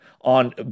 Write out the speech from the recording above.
on